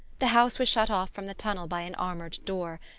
the house was shut off from the tunnel by an armoured door,